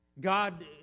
God